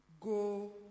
go